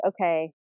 Okay